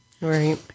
Right